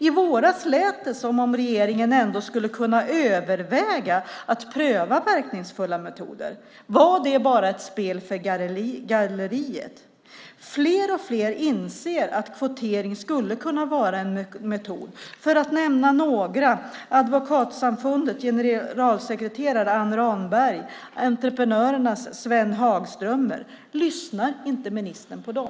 I våras lät det som om regeringen ändå skulle kunna överväga att pröva verkningsfulla metoder. Var det bara ett spel för galleriet? Fler och fler inser att kvotering skulle kunna vara en metod - Advokatsamfundets generalsekreterare Anne Ramberg och entreprenörernas Sven Hagströmer, för att nämna två. Lyssnar inte ministern på dem?